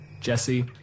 jesse